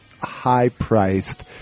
high-priced